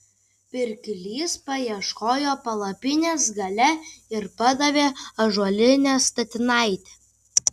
pirklys paieškojo palapinės gale ir padavė ąžuolinę statinaitę